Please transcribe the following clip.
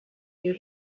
you